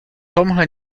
tomhle